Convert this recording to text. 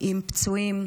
עם פצועים,